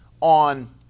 on